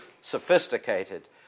sophisticated